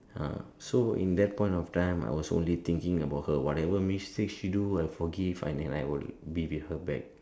ah so in that point of time I was only thinking about her whatever mistake she do I forgive I nev I will be with her back